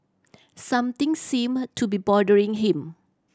something seem to be bothering him